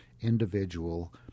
individual